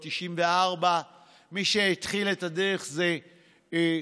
או 1994. מי שהתחיל את הדרך זה רבין,